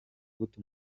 gute